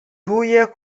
தூய